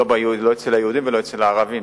לא אצל היהודים ולא אצל הערבים.